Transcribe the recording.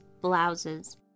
blouses